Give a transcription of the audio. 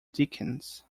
dickens